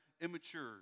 immature